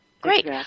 Great